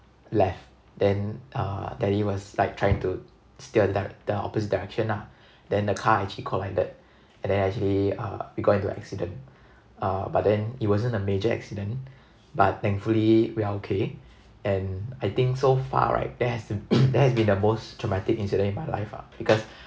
left then uh daddy was like trying to stay on the that the opposite direction ah then the car actually collided and then actually uh we got into an accident uh but then it wasn't a major accident but thankfully we are okay and I think so far right that has to that has been the most traumatic incident in my life ah because